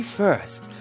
first